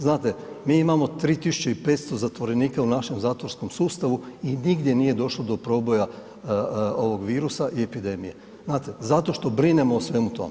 Znate, mi imamo 3500 zatvorenika u našem zatvorskom sustavu i nigdje nije došlo do proboja ovog virusa i epidemije, znate, zato što brinemo o svemu tome.